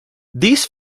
these